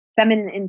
feminine